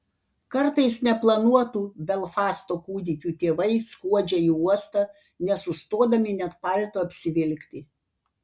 kartais neplanuotų belfasto kūdikių tėvai skuodžia į uostą nesustodami net palto apsivilkti